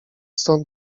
stąd